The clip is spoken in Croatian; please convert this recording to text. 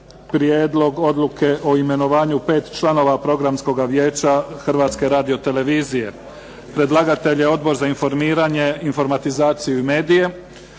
Prijedlog odluke o imenovanju pet članova Programskog vijeća Hrvatske radiotelevizije Predlagatelj: Odbor za informiranje, informatizaciju i medije